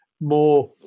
more